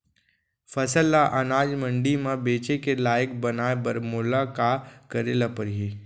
फसल ल अनाज मंडी म बेचे के लायक बनाय बर मोला का करे ल परही?